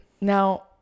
Now